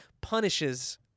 punishes